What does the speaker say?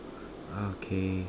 okay